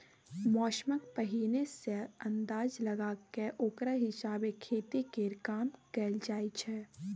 मौसमक पहिने सँ अंदाज लगा कय ओकरा हिसाबे खेती केर काम कएल जाइ छै